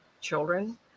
children